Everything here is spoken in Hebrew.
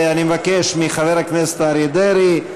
אני מבקש מחבר הכנסת אריה דרעי,